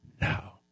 Now